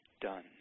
done